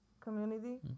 community